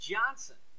Johnson